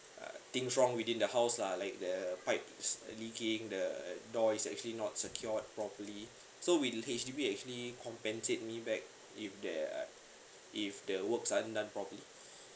uh things wrong within the house lah like the pipe's leaking the door is actually not secured properly so will H_D_B is actually compensate me back if there are uh if the works aren't done properly